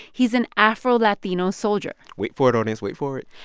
he's an afro-latino soldier wait for it, audience. wait for it.